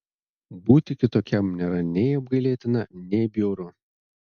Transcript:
būti kitokiam nėra nei apgailėtina nei bjauru